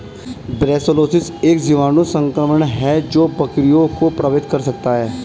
brucellosis एक जीवाणु संक्रमण है जो बकरियों को प्रभावित कर सकता है